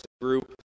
group